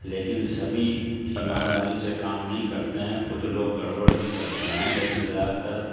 لیکن سبھی ایمانداری سے کام نہیں کرتے ہیں کچھ لوگ گربڑ بھی کرتے ہیں لیکن زیادہ تر